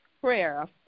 prayer